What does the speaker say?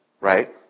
right